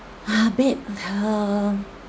ah babe um